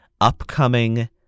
upcoming